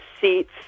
seats